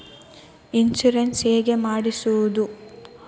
Insurance ಹೇಗೆ ಮಾಡಿಸುವುದು?